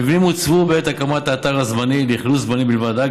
המבנים הוצבו בעת הקמת האתר הזמני לאכלוס זמני בלבד.